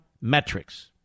metrics